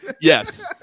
Yes